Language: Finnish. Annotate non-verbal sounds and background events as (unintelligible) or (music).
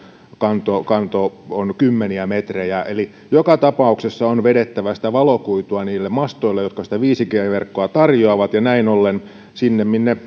kanto kanto on kymmeniä metrejä eli joka tapauksessa on vedettävä valokuitua niille mastoille jotka viisi g verkkoa tarjoavat ja näin ollen sinne minne (unintelligible)